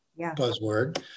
buzzword